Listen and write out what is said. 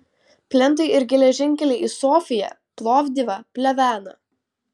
plentai ir geležinkeliai į sofiją plovdivą pleveną